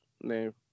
name